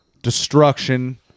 destruction